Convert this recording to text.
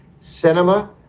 cinema